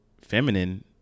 feminine